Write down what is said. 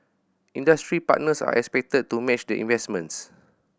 industry partners are expected to match the investments